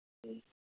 ꯎꯝ